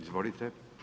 Izvolite.